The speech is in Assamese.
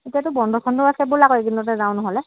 এতিয়াটো বন্ধ চন্ধ আছে ব'লা আকৌ এইকেইদিনতে যাওঁ নহ'লে